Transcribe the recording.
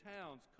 towns